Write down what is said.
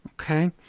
Okay